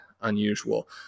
unusual